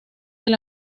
del